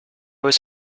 was